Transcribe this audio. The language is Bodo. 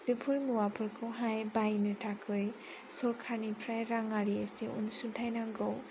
बेफोर मुवाफोरखौहाय बायनो थाखाय सरकारनिफ्राय रांआरि एसे अनसुंथाइ नांगौ